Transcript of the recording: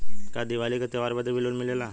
का दिवाली का त्योहारी बदे भी लोन मिलेला?